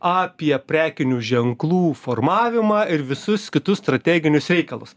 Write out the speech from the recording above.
apie prekinių ženklų formavimą ir visus kitus strateginius reikalus